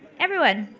everyone.